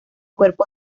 cuerpo